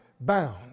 bound